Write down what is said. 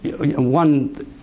One